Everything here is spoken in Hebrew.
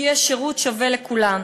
שיהיה שירות שווה לכולם.